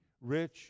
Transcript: Rich